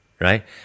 right